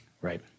Right